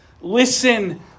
Listen